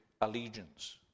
allegiance